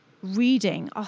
Reading